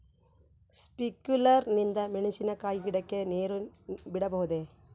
Sprinkler ನಿಂದ ಮೆಣಸಿನಕಾಯಿ ಗಿಡಕ್ಕೆ ನೇರು ಬಿಡಬಹುದೆ?